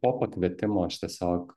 po pakvietimo aš tiesiog